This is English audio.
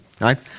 right